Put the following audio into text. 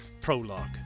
prologue